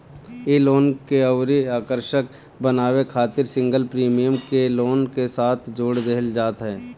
इ लोन के अउरी आकर्षक बनावे खातिर सिंगल प्रीमियम के लोन के साथे जोड़ देहल जात ह